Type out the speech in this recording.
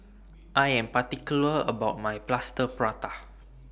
I Am particular about My Plaster Prata